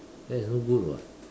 that is no good [what]